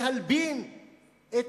להלבין את